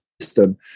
system